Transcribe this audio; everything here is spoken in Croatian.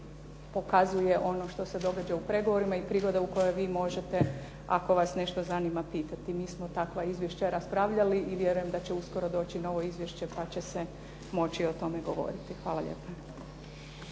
pokazuje ono što se događa u pregovorima i prigoda u kojoj vi možete, ako vas nešto zanima, pitati. Mi smo takva izvješća raspravljali i vjerujem da će uskoro doći novo izvješće pa će se moći o tome govoriti. Hvala lijepa.